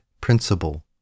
Principle